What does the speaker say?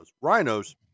rhinos